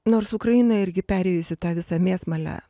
nors ukraina irgi perėjusi tą visą mėsmalę